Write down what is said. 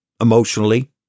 emotionally